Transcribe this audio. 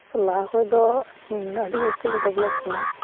ᱛᱚ ᱞᱟᱦᱟ ᱠᱷᱚᱡ ᱫᱚ ᱟᱹᱰᱤ ᱡᱟᱹᱥᱛᱤ ᱜᱮ ᱰᱮᱵᱞᱚᱯ ᱠᱟᱱᱟ